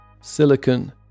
silicon